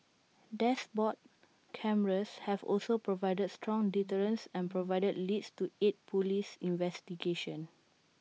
dashboard cameras have also provided strong deterrence and provided leads to aid Police investigations